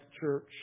church